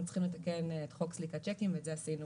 צריכים לתקן את חוק סליקת שיקים ואת זה עשינו